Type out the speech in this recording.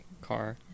car